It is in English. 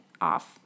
off